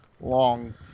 long